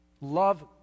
Love